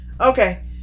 Okay